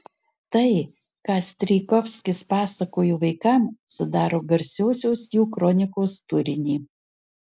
tai ką strijkovskis pasakojo vaikams sudaro garsiosios jo kronikos turinį